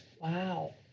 Wow